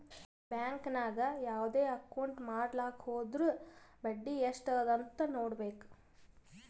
bank ನಾಗ್ ಯಾವ್ದೇ account ಮಾಡ್ಲಾಕ ಹೊದುರ್ ಬಡ್ಡಿ ಎಸ್ಟ್ ಅಂತ್ ನೊಡ್ಬೇಕ